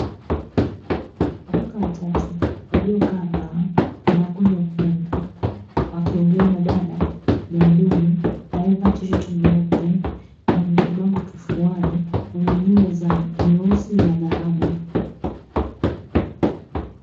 Wakaka watatu waliokaa baa wanakunywa pombe, wakiongea na dada muhudumu aliyevaa tisheti nyeupe, mwenye kibango kifuani, mwenye nywele nyeusi na dhahabu.